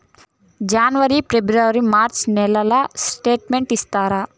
జనవరి, ఫిబ్రవరి, మార్చ్ నెలల స్టేట్మెంట్ తీసి ఇస్తారా?